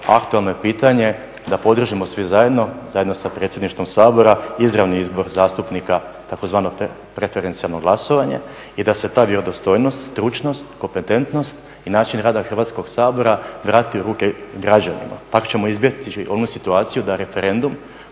aktualno je pitanje da podržimo svi zajedno, zajedno sa Predsjedništvom Sabora izravni izbor zastupnika, tzv. preferencijalno glasovanje i da se ta vjerodostojnost, stručnost, kompetentnost i način rada Hrvatskog sabora vrati u ruke građanima. Tako ćemo izbjeći onu situaciju da referendum,